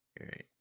right